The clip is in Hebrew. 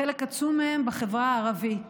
חלק עצום מהן בחברה הערבית.